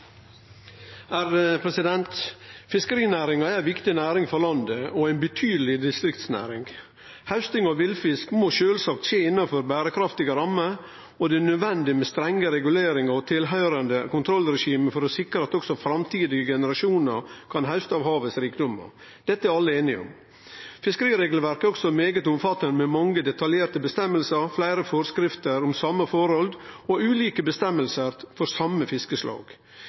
nr. 1. Fiskerinæringa er ei viktig næring for landet og ei betydeleg distriktsnæring. Hausting av villfisk må sjølvsagt skje innanfor berekraftige rammer, og det er nødvendig med strenge reguleringar og tilhøyrande kontrollregime for å sikre at også framtidige generasjonar kan hauste av rikdomane i havet. Dette er alle einige om. Fiskeriregelverket er svært omfattande, med mange detaljerte føresegner, fleire forskrifter om same forhold og ulike føresegner for det same